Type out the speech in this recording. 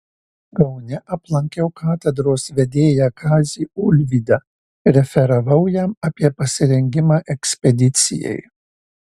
kaune aplankiau katedros vedėją kazį ulvydą referavau jam apie pasirengimą ekspedicijai